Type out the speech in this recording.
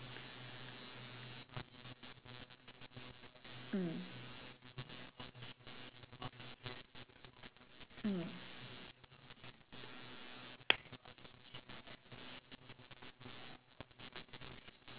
mm mm